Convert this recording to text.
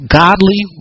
godly